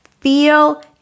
feel